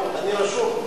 אני רשום?